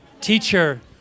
Teacher